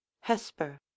hesper